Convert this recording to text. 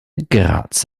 graz